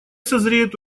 созреют